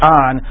on